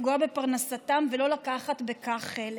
לפגוע בפרנסתם ולא לקחת בכך חלק?